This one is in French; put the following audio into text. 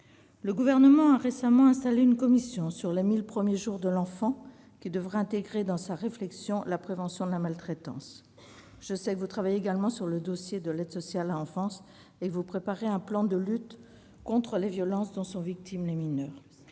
Le Gouvernement a récemment installé une commission pour les 1 000 premiers jours de l'enfant, qui devrait intégrer dans sa réflexion la prévention de la maltraitance. Je sais, monsieur le secrétaire d'État, que vous travaillez également sur le dossier de l'aide sociale à l'enfance et que vous préparez un plan de lutte contre les violences dont sont victimes les mineurs.